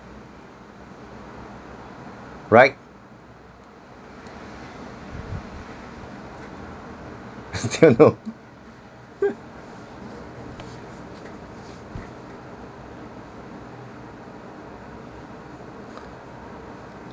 right still no